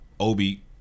obi